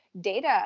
data